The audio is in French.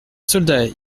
soldats